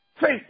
Faith